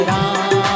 Ram